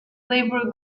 labour